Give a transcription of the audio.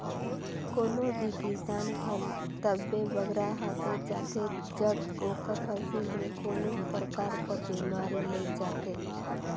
कोनो भी किसान हर तबे बगरा हदेर जाथे जब ओकर फसिल में कोनो परकार कर बेमारी लइग जाथे